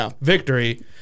victory